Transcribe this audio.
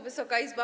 Wysoka Izbo!